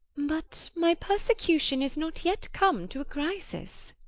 but my persecution is not yet come to a crisis.